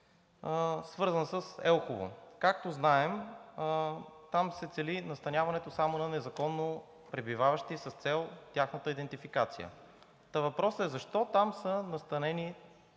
свързан с Елхово. Както знаем, там се цели настаняването само на незаконно пребиваващи с цел тяхната идентификация. Въпросът е защо там са настанени